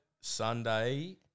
Sunday